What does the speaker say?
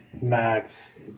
Max